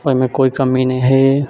ओहिमे कोइ कमी नही है